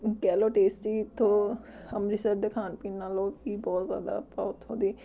ਕਹਿ ਲਓ ਟੇਸਟੀ ਇਥੋਂ ਅੰਮ੍ਰਿਤਸਰ ਦੇ ਖਾਣ ਪੀਣ ਨਾਲੋਂ ਵੀ ਬਹੁਤ ਜ਼ਿਆਦਾ ਆਪਾਂ ਉਥੋਂ ਦੀ